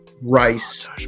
Rice